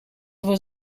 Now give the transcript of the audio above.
was